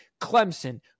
Clemson